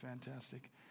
fantastic